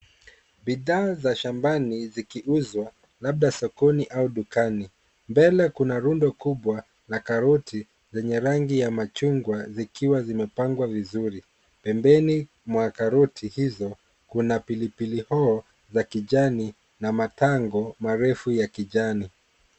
Bidhaa za shambani zikiuzwa, labda sokoni au dukani. Mbele kuna rundo kubwa la karoti lenye rangi ya machungwa zikiwa zimepangwa vizuri. Pembeni mwa karoti hizo kuna pilipili hoho za kijani na matango marefu ya kijani.